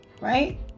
Right